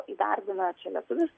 įdarbina čia lietuvius